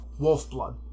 Wolfblood